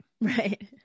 Right